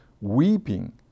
Weeping